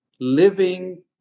living